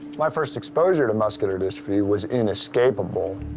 my first exposure to muscular dystrophy was inescapable.